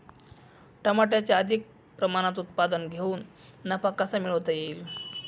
टमाट्याचे अधिक प्रमाणात उत्पादन घेऊन नफा कसा मिळवता येईल?